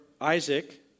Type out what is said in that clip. Isaac